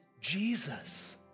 Jesus